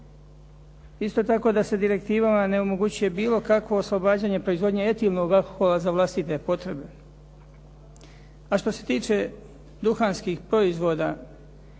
Isto tako da se direktivama ne omogućuje bilo kakvo oslobađanje proizvodnje etilnog alkohola za vlastite potrebe. A što se tiče duhanskih proizvoda,